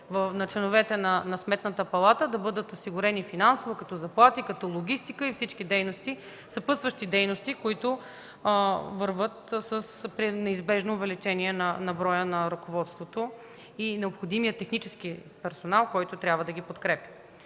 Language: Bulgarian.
членове на Сметната палата да бъдат осигурени финансово като заплати, като логистика и всички съпътстващи дейности, които вървят неизбежно с увеличение на броя на ръководството и необходимия технически персонал, който трябва да ги подкрепя?